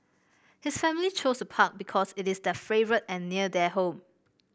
his family chose the park because it is their favourite and near their home